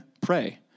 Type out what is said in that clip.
pray